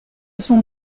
sont